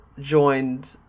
joined